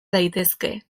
daitezke